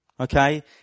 Okay